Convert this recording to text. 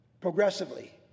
progressively